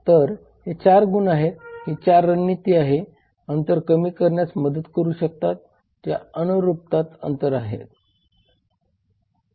तर हे 4 गुण आहेत ही 4 रणनीती अंतर कमी करण्यास मदत करू शकतात जे अनुरूपता अंतर आहे